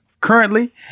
Currently